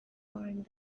mind